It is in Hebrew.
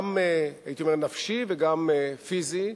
גם נפשי וגם פיזי,